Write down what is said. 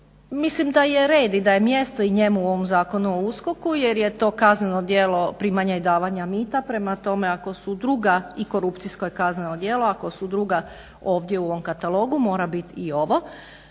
Mislim da je red i da je mjesto i njemu u ovom Zakonu o USKOK-u jer je to kazneno djelo primanja i davanja mita, prema tome ako su druga i korupcijsko i kazneno djelo, ako su druga ovdje u ovom katalogu mora biti i ovo.